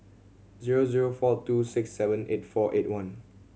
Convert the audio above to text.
zero zero four two six seven eight four eight one